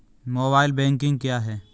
Mobile banking क्या है?